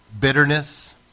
bitterness